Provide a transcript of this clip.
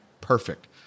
Perfect